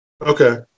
Okay